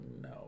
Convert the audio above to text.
No